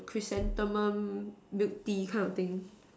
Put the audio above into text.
chrysanthemum milk Tea like of thing